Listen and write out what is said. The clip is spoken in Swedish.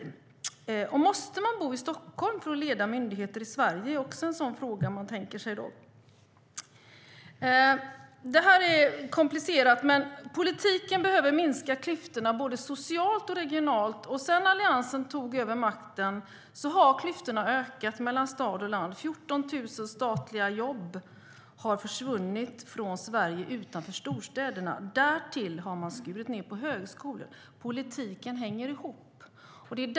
En fråga som man ställer sig är: Måste man bo i Stockholm för att leda myndigheter i Sverige? Detta är komplicerat, men politiken bör leda till minskade klyftor både socialt och regionalt. Sedan Alliansen tog över makten har klyftorna ökat mellan stad och landsbygd. 14 000 statliga jobb har försvunnit från det Sverige som ligger utanför storstäderna. Därtill har man skurit ned på högskolor. Politiken hänger ihop.